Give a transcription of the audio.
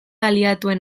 aliatuen